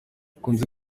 akunze